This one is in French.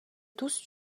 tous